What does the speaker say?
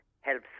helps